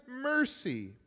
mercy